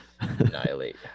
Annihilate